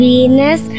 Venus